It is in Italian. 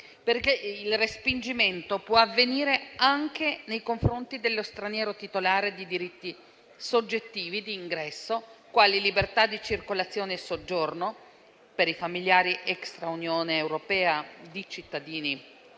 Il respingimento può infatti avvenire anche nei confronti dello straniero titolare di diritti soggettivi di ingresso, quali: libertà di circolazione e soggiorno per i familiari extra Unione europea di cittadini